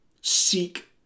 Seek